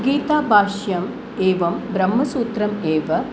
गीताभाष्यं एवं ब्रह्मसूत्रम् एवं